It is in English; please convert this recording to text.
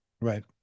Right